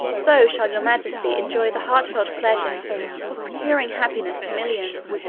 so shall your majesty enjoy the heartfelt pleasure of procuring happiness to millions,